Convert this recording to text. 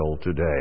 today